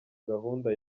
gahunda